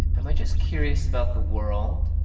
am i just curious about the world?